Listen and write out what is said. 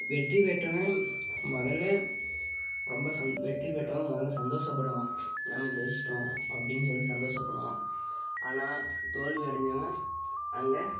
வெற்றி பெற்றவன் முதல்ல ரொம்ப சந் வெற்றி பெற்றவன் முதல்ல சந்தோஷப்படுவான் நம்ம ஜெயிஷ்ட்டோம் அப்படின் சொல்லி சந்தோஷப்படுவான் ஆனால் தோல்வி அடைஞ்சவன் அங்கே